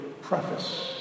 preface